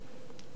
בנושא הזה.